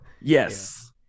Yes